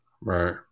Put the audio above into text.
Right